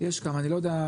יש כמה, אני לא יודע.